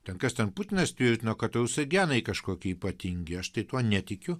ten kas ten putinas tvirtino kad rusų genai kažkokie ypatingi aš tai tuo netikiu